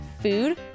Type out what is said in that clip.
food